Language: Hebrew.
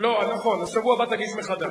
משום שאיננו פוגע בכוונה באזרחים,